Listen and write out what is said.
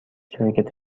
شرکت